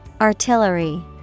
Artillery